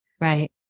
Right